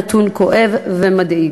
נתון כואב ומדאיג.